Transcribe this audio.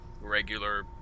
regular